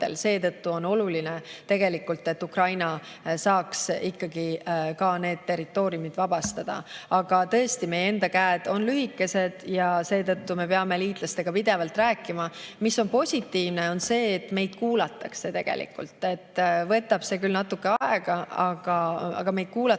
Seetõttu on oluline, et Ukraina saaks need territooriumid vabastada. Aga tõesti, meie enda käed on lühikesed ja seetõttu me peame liitlastega pidevalt rääkima. Positiivne on see, et meid kuulatakse tegelikult. See võtab küll natuke aega, aga meid kuulatakse